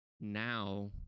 now